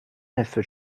نصفه